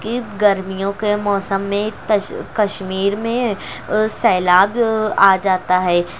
کہ گرمیوں کے موسم میں کشمیر میں سیلاب آ جاتا ہے